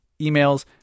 emails